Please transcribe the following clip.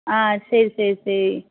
ஆ சரி சரி சரி